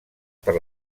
per